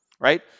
right